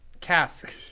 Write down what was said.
cask